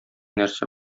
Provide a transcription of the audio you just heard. нәрсә